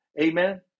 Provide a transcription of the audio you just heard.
Amen